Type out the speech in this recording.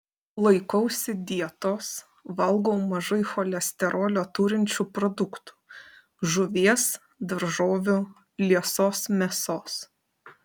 laikausi dietos valgau mažai cholesterolio turinčių produktų žuvies daržovių liesos mėsos